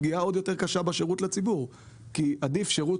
פגיעה עוד יותר קשה בשירות לציבור כי עדיף שירות